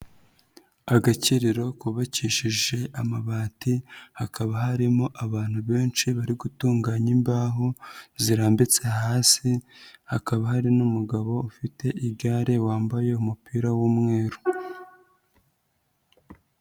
Agakiriro kubabakishije amabati hakaba harimo abantu benshi bari gutunganya imbaho zirambitse hasi, hakaba hari n'umugabo ufite igare wambaye umupira w'umweru.